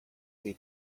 need